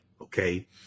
okay